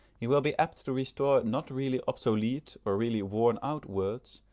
he will be apt to restore not really obsolete or really worn-out words,